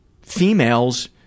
females